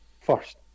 first